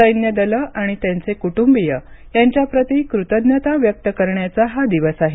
सैन्यदलं आणि त्यांचे कुटुंबिय यांच्याप्रती कृतज्ञता व्यक्त करण्याचा हा दिवस आहे